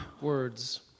words